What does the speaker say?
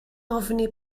ofni